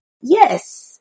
Yes